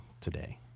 today